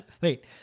wait